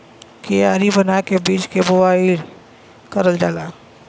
कियारी बना के बीज के बोवाई करल जाला